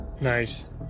Nice